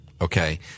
okay